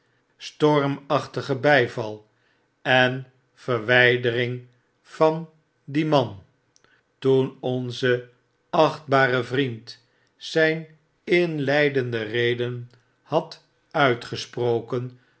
stormachtige bgval en verwydering van dien man toen onze achtbare vriend zyn inleidende rede had uitgesproken